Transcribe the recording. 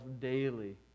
daily